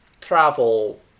travel